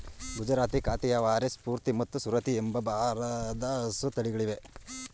ಗುಜರಾತಿ, ಕಾಥಿಯವಾರಿ, ಸೂರ್ತಿ ಮತ್ತು ಸುರತಿ ಎಂಬ ಭಾರದ ಹಸು ತಳಿಗಳಿವೆ